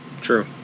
True